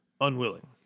unwilling